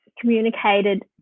communicated